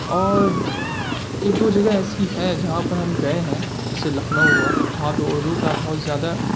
اور ایک دو جگہ ایسی ہے جہاں پر ہم گئے ہیں جیسے لکھنؤ ہوا وہاں پہ اردو کا بہت زیادہ